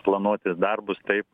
planuotis darbus taip